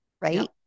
right